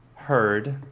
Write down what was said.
heard